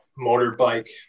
motorbike